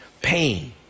pain